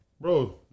Bro